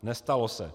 Nestalo se.